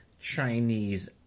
Chinese